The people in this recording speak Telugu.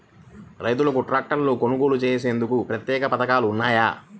రైతులకు ట్రాక్టర్లు కొనుగోలు చేసేందుకు ప్రత్యేక పథకాలు ఉన్నాయా?